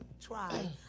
try